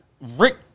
rick